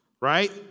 right